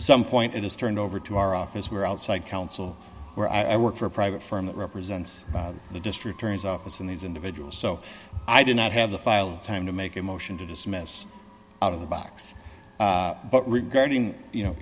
some point it is turned over to our office where outside counsel where i work for a private firm that represents the district attorney's office and these individuals so i do not have the filed time to make a motion to dismiss out of the box but regarding you know